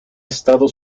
estado